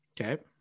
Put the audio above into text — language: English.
Okay